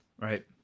Right